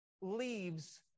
leaves